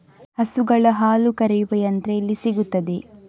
ಹಸುಗಳ ಹಾಲು ಕರೆಯುವ ಯಂತ್ರ ಎಲ್ಲಿ ಸಿಗುತ್ತದೆ?